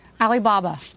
Alibaba